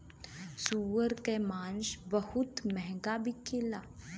सूअर के मांस बहुत महंगा बिकेला